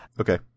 Okay